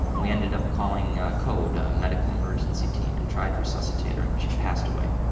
we ended up calling code, a medical emergency team, and tried to resuscitate her and she passed away.